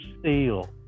steel